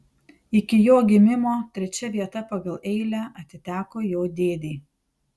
iki jo gimimo trečia vieta pagal eilę atiteko jo dėdei